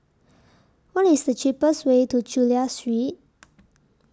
What IS The cheapest Way to Chulia Street